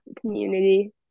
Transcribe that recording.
community